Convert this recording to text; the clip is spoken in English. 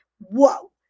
Whoa